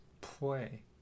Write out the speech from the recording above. play